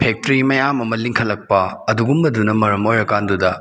factory ꯃꯌꯥꯝ ꯑꯃ ꯂꯤꯡꯈꯠꯂꯛꯄ ꯑꯗꯨꯒꯨꯝꯕꯗꯨꯅ ꯃꯔꯝ ꯑꯣꯏꯔ ꯀꯥꯟꯗꯨꯗ